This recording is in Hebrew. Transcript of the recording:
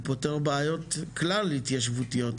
הוא פותר בעיות כלל התיישבותיות,